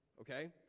Okay